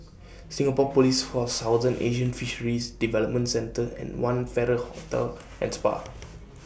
Singapore Police Force Southeast Asian Fisheries Development Centre and one Farrer Hotel and Spa